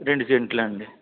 రెండు సెంట్లు అండి